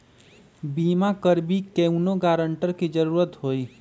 बिमा करबी कैउनो गारंटर की जरूरत होई?